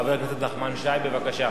חבר הכנסת נחמן שי, בבקשה.